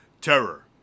terror